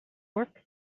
work